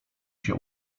się